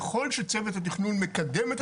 ככל שצוות התכנון מקדם את התכנית.